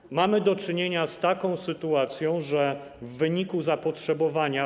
I mamy do czynienia z taką sytuacją, że w wyniku zapotrzebowania.